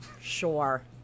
Sure